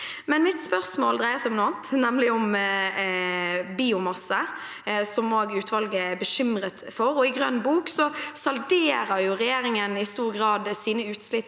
Mitt spørsmål dreier seg om noe annet, nemlig om biomasse, som utvalget også er bekymret for. I Grønn bok salderer regjeringen i stor grad sine utslipp